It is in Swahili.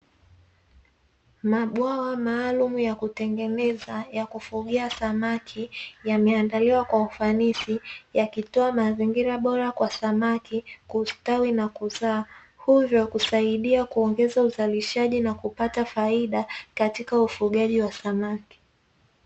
Mabwawa maalumu ya kutengeneza ya kufugia samaki yameandaliwa kwa ufanisi yakitoa mazingira bora kwa samaki kustawi na kuzaa ili kutoa mazingira bora kwa kupata samakii